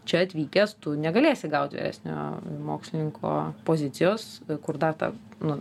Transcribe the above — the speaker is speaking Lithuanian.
čia atvykęs tu negalėsi gaut vyresniojo mokslininko pozicijos kur dar ta nu